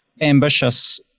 ambitious